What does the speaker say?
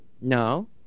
No